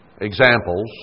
examples